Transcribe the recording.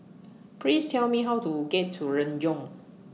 Please Tell Me How to get to Renjong